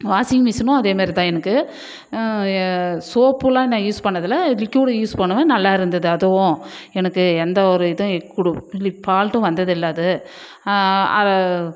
washing மிஷினும் அதே மாதிரிதான் எனக்கு சோப்புலாம் நான் யூஸ் பண்ணதில்லை லிக்கியூடு யூஸ் பண்ணுவேன் நல்லா இருந்துது அதுவும் எனக்கு எந்த ஒரு இதுவும் ஃபால்ட்டும் வந்ததில்லை அது